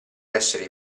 essere